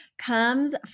comes